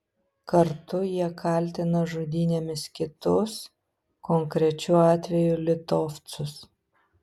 kartu jie kaltina žudynėmis kitus konkrečiu atveju litovcus